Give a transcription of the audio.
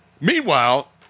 Meanwhile